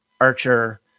Archer